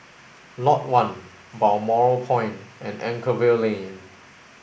Lot One Balmoral Point and Anchorvale Lane